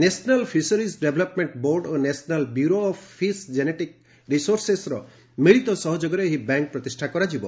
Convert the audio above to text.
national fisheries development board ଓ national bureau of fish genetic ରିସୋର୍ସେସ୍ର ମିଳିତ ସହଯୋଗରେ ଏହି ବ୍ୟାଙ୍କ ପ୍ରତିଷ୍ଠା କରାଯିବ